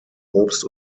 obst